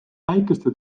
väikeste